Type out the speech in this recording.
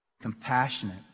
compassionate